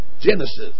Genesis